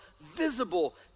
visible